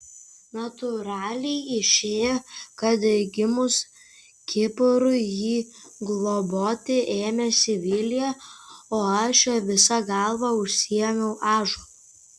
natūraliai išėjo kad gimus kiprui jį globoti ėmėsi vilija o aš visa galva užsiėmiau ąžuolu